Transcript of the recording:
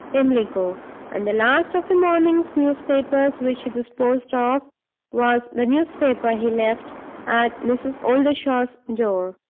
pimlico and the last of the morning's newspapers which he disposed of was the newspaper he left at mrs. oldershaw's door.